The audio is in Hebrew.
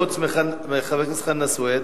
חוץ מחבר הכנסת חנא סוייד,